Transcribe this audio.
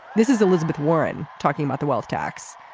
this is elizabeth warren talking about the wealth tax.